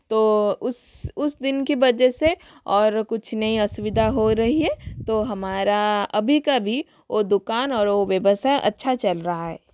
तो उस उस दिन की वजह से और कुछ नई असुविधा हो रही तो हमारा अभी का अभी ओ दुकान और ओ व्यवसाय अच्छा चल रहा है